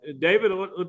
David